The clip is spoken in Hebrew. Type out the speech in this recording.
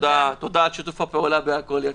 תודה על שיתוף הפעולה, קארין.